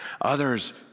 Others